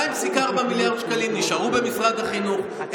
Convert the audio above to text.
2.4 מיליארד שקלים נשארו במשרד החינוך,